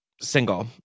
single